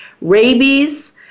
rabies